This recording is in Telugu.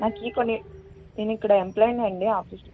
నాకు కొన్ని నేనిక్కడ ఎంప్లాయ్ని అండి ఆఫీస్లో